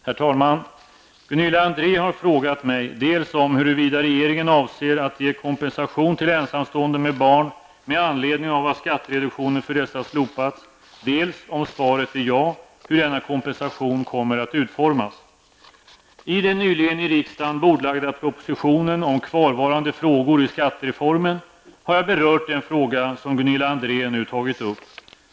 Herr talman! Gunilla André har frågat mig dels om huruvida regeringen avser att ge kompensation till ensamstående med barn med anledning av att skattereduktionen för dessa slopats, dels, om svaret är ja, hur denna kompensation kommer att utformas. 1990/91:54 -- har jag berört den fråga som Gunilla André nu tagit upp.